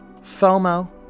FOMO